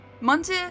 Monte